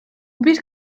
bir